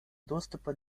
доступа